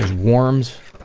warms